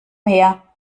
her